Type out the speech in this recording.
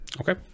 okay